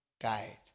guide